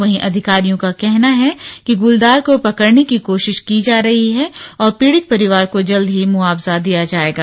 वही अधिकारियों का कहना है कि गुलदार को पकड़ने की कोशिश की जा रही है और पीड़ित परिवार को जल्द ही मुआवजा दिया जाएगा